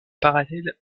parallèle